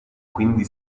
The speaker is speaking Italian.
quindi